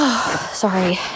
Sorry